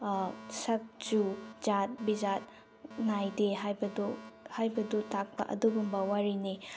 ꯁꯛ ꯆꯨ ꯖꯥꯠ ꯕꯤꯖꯥꯠ ꯅꯥꯏꯗꯦ ꯍꯥꯏꯕꯗꯨ ꯍꯥꯏꯕꯗꯨ ꯇꯥꯛꯄ ꯑꯗꯨꯒꯨꯝꯕ ꯋꯥꯔꯤꯅꯤ